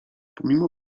pomimo